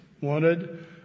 wanted